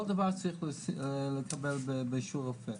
כל דבר צריך לקבל באישור רופא,